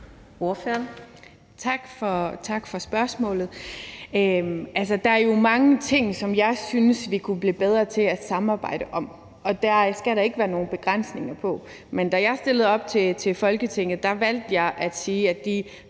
Tak for spørgsmålet. Altså, der er jo mange ting, som jeg synes vi kunne blive bedre til at samarbejde om. Og der skal da ikke være nogen begrænsninger på det. Men da jeg stillede op til Folketinget, valgte jeg at sige, at de